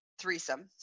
threesome